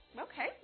okay